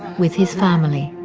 with his family.